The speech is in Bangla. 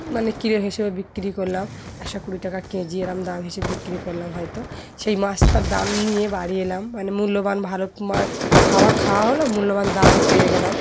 মানে কিলো হিসেবে বিক্রি করলাম একশো কুড়ি টাকা কেজি দাম হিসেবে বিক্রি করলাম হয়তো সেই মাছটার দাম নিয়ে বাড়িয়ে এলাম মানে মূল্যবান ভালো খাবার খাওয়া হলও মূল্যবান দামও পেয়ে গেলাম